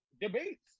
debates